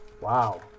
Wow